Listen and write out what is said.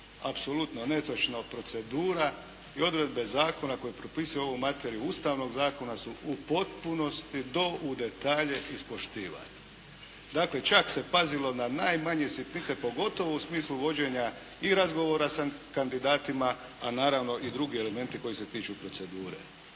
Apsolutno netočno, procedura i odredbe zakona koje propisuju ovu materiju Ustavnog zakona su u potpunosti do u detalje ispoštivani. Dakle, čak se pazilo na najmanje sitnice, pogotovo u smislu vođenja i razgovora sa kandidatima, a naravno i drugi elementi koji se tiču procedure.